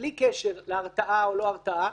בלי קשר להרתעה או לא הרתעה,